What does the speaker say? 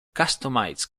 customized